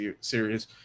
series